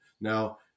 Now